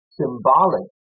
symbolic